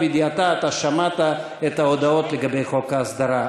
ידיעתה אתה שמעת את ההודעות לגבי חוק ההסדרה,